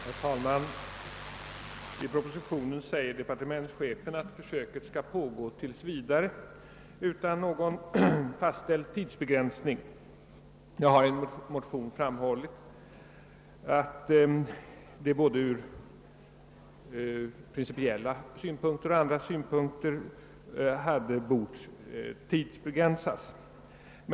Herr talman! I propositionen säger departementschefen att försöket med ölutskänkning vid förbanden skall pågå tills vidare utan någon fastställd tidsbegränsning. Jag har i en motion framhållit att försöket från både principiella och andra synpunkter hade bort tidsbegränsas.